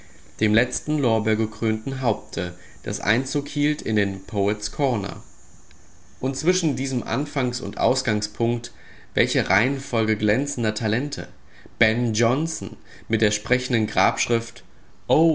dem letzten lorbeergekrönten haupte das einzug hielt in den poets corner und zwischen diesem anfangs und ausgangspunkt welche reihenfolge glänzender talente ben jonson mit der sprechenden grabschrift